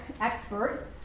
expert